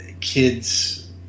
kids